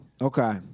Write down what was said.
Okay